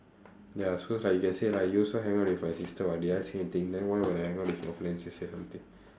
ya so it's like you can say lah you also hang out with my sister [what] did I say anything then why when I hang out with your friends you say something